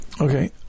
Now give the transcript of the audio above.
okay